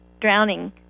drowning